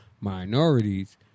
minorities